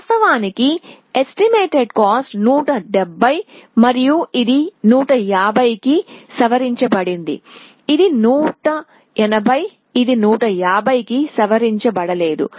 వాస్తవానికి estimated cost 170 మరియు ఇది 150 కి సవరించబడింది ఇది 180 ఇది 150 కి సవరించబడలేదు